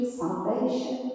salvation